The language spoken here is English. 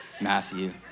Matthew